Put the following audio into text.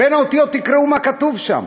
בין האותיות תקראו מה כתוב שם,